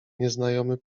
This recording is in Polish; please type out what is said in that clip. nieznajomy